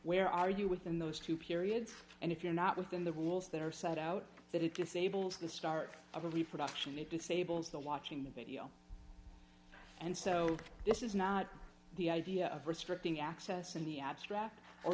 where are you within those two periods and if you're not within the rules that are set out that it disables the start of relief production it disables the watching the video and so this is not the idea of restricting access in the abstract or